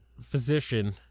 physician